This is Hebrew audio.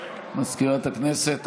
מזכירת הכנסת,